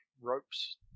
ropes